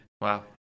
Wow